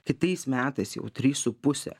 kitais metais jau trys su puse